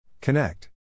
Connect